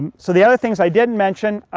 and so the other things i didn't mention,